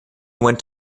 went